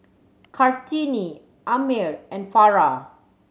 Kartini Ammir and Farah